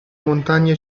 montagne